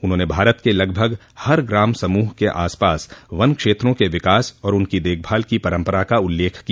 उन्होंने भारत के लगभग हर ग्राम समूह के आसपास वन क्षेत्रों के विकास और उनकी देखभाल की परंपरा का उल्लेख किया